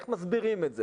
איך מסבירים את זה?